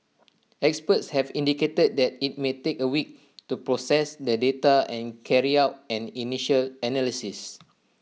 experts have indicated that IT may take A week to process the data and carry out an initial analysis